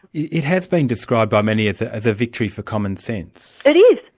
yeah it has been described by many as as a victory for commonsense. it is.